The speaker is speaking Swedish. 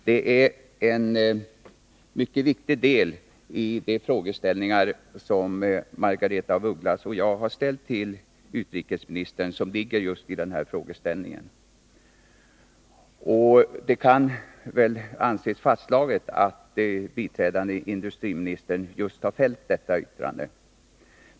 Detta uttalande utgör en mycket viktig del av bakgrunden till de frågor som Margaretha af Ugglas och jag har ställt till utrikesministern. Det kan väl anses fastslaget att biträdande industriministern har fällt detta yttrande.